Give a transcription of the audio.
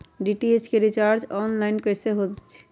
DTH के recharge online कैसे होईछई?